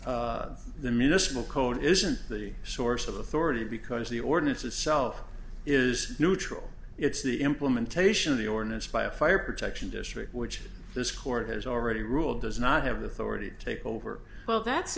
question the municipal code isn't the source of authority because the ordinance itself is neutral it's the implementation of the ordinance by a fire protection district which this court has already ruled does not have authority to take over well that's